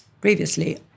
previously